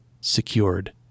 secured